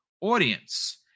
audience